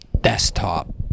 desktop